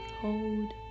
Hold